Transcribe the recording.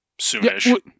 soonish